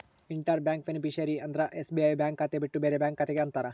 inter bank beneficiary ಅಂದ್ರ SBI bank ಖಾತೆ ಬಿಟ್ಟು ಬೇರೆ ಬ್ಯಾಂಕ್ ಖಾತೆ ಗೆ ಅಂತಾರ